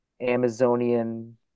Amazonian